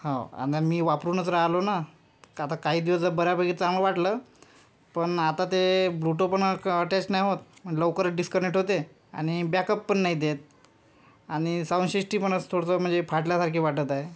हा आणि मी वापरूनच राहिलो ना आता काही दिवस बऱ्यापैकी चांगलं वाटलं पण आता ते ब्ल्युटु पण अटॅच नाही होत लवकर डिस्कनेक्ट होते आणि बॅकअप पण नाही देत आणि साउंड शिस्टी पण थोडंसं म्हणजे फाटल्यासारखे वाटत आहे